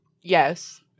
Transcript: Yes